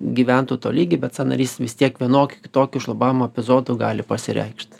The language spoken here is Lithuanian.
gyventų tolygiai bet sąnarys vis tiek vienokių kitokių šlubavimo epizodų gali pasireikšt